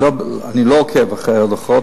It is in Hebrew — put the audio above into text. אני לא עוקב אחרי הדוחות,